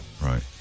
Right